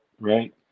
right